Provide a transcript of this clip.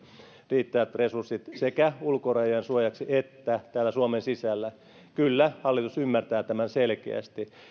riittävät resurssit sekä ulkorajojen suojaksi että täällä suomen sisällä kyllä hallitus ymmärtää tämän selkeästi ja